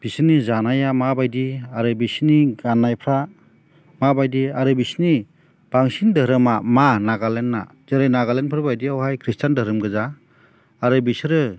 बिसोरनि जानाया माबायदि आरो बिसोरनि गाननायफ्रा माबायदि आरो बिसोरनि बांसिन धोरोमा मा नागालेण्डना जेरै नागालेण्डफोर बायदियावहाय ख्रिस्टान धोरोम गोजा आरो बिसोरो